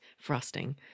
frosting